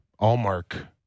Allmark